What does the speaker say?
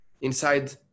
inside